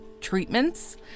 treatments